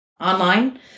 online